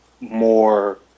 more